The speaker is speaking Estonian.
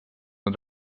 nad